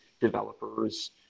developers